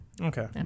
Okay